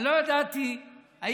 אני לא ידעתי אם